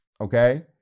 Okay